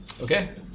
Okay